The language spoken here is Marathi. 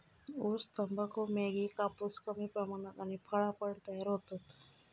ऊस, तंबाखू, मॅगी, कापूस कमी प्रमाणात आणि फळा पण तयार होतत